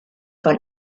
von